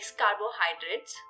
carbohydrates